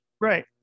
Right